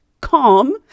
calm